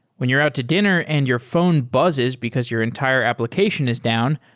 when you're out to dinner and your phone buzzes because your entire application is down,